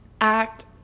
act